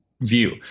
view